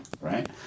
right